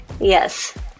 Yes